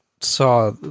saw